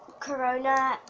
corona